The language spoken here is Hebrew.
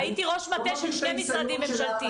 הייתי ראש מטה של שני משרדים ממשלתיים.